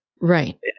Right